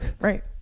right